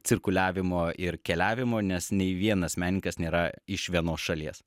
cirkuliavimo ir keliavimo nes nei vienas menininkas nėra iš vienos šalies